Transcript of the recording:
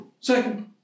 Second